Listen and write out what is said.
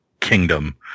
kingdom